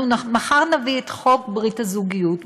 אנחנו מחר נביא את חוק ברית הזוגיות.